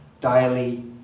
daily